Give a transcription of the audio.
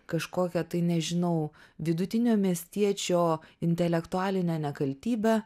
kažkokią tai nežinau vidutinio miestiečio intelektualinę nekaltybę